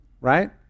right